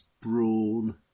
brawn